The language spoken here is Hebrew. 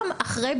גם אחרי,